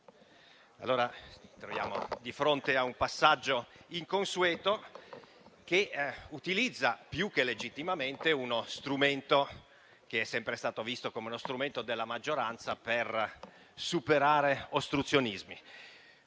ci troviamo di fronte a un passaggio inconsueto che utilizza, più che legittimamente, uno strumento che è sempre stato visto come uno strumento della maggioranza per superare ostruzionismi,